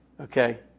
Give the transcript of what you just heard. Okay